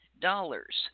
dollars